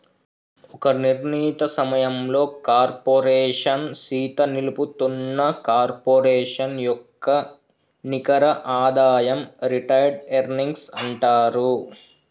ఒక నిర్ణీత సమయంలో కార్పోరేషన్ సీత నిలుపుతున్న కార్పొరేషన్ యొక్క నికర ఆదాయం రిటైర్డ్ ఎర్నింగ్స్ అంటారు